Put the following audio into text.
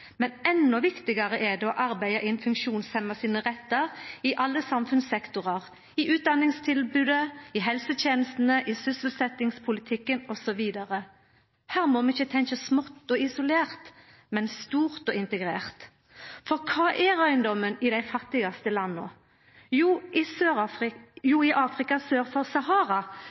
men endå viktigare er det å arbeida inn funksjonshemma sine rettar i alle samfunnssektorar: i utdanningstilbodet, i helsetenestene, i sysselsetjingspolitikken osv. Her må vi ikkje tenkja smått og isolert, men stort og integrert. For kva er røyndomen i dei fattigaste landa? Jo, i Afrika sør for Sahara